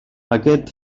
aquest